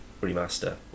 remaster